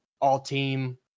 all-team